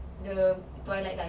the twilight guy